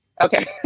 Okay